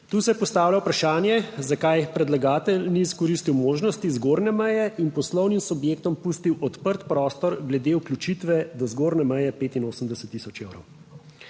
Tu se postavlja vprašanje zakaj predlagatelj ni izkoristil možnosti zgornje meje in poslovnim subjektom pustil odprt prostor glede vključitve do zgornje meje 85 tisoč evrov.